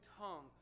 tongue